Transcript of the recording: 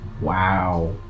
Wow